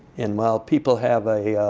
and while people have a